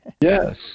Yes